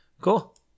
Cool